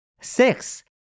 Six